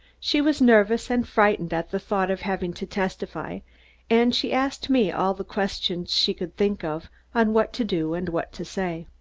she was nervous and frightened at the thought of having to testify and she asked me all the questions she could think of on what to do and what to say.